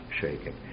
shaking